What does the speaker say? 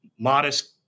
modest